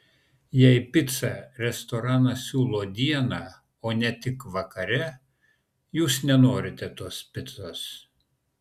jei picą restoranas siūlo dieną o ne tik vakare jūs nenorite tos picos